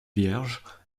vierge